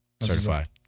Certified